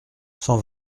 cent